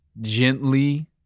gently